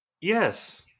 Yes